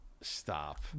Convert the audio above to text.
stop